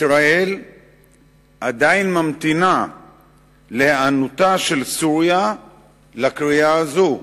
ישראל עדיין ממתינה להיענותה של סוריה לקריאה הזאת.